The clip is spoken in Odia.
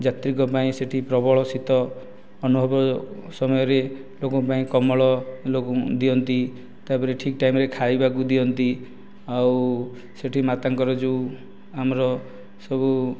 ଯାତ୍ରୀ ଙ୍କ ପାଇଁ ସେ'ଠି ପ୍ରବଳ ଶୀତ ଅନୁଭବ ସମୟରେ ଲୋକଙ୍କ ପାଇଁ କମଳ ଦିଅନ୍ତି ତା ପରେ ଠିକ୍ ଟାଇମ୍ରେ ଖାଇବାକୁ ଦିଅନ୍ତି ଆଉ ସେ'ଠି ମାତାଙ୍କର ଯେଉଁ ଆମର ସବୁ